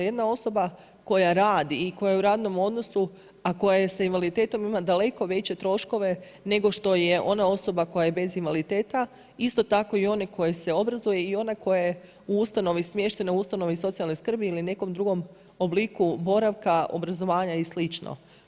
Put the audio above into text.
Jedna osoba koja radi i koja je u radnom odnosu, a koja je s invaliditetom ima daleko veće troškove nego što je ona osoba koja je bez invaliditeta, isto tako i one koja se obrazuje i ona koja je u ustanovi smještena u ustanovi socijalne skrbi ili nekom drugom obliku boravka, obrazovanja i slično.